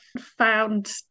found